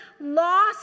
lost